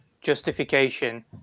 Justification